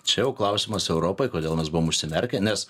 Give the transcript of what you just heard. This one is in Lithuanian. čia jau klausimas europai kodėl mes buvom užsimerkę nes